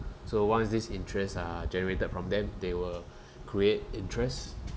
so once this interest are generated from them they will create interest